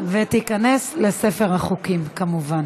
ותיכנס לספר החוקים, כמובן.